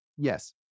Yes